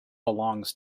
belongs